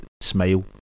Smile